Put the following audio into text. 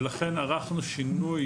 ולכן, ערכנו שינוי